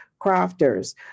crafters